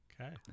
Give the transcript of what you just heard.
Okay